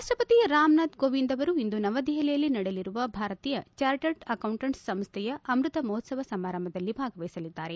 ರಾಷ್ಷಪತಿ ರಾಮನಾಥ್ ಕೋಗಿವಿಂದ್ ಅವರು ಇಂದು ನವದೆಹಲಿಯಲ್ಲಿ ನಡೆಯಲಿರುವ ಭಾರತೀಯ ಚಾರ್ಟೆಂಡ್ ಅಕೌಂಟೆಂಟ್ ್ ಸಂಸ್ವೆಯ ಅಮ್ಬತ ಮಹೋತ್ವವ ಸಮಾರಂಭದಲ್ಲಿ ಭಾಗವಹಿಸಲಿದ್ದಾರೆ